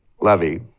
Levy